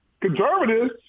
Conservatives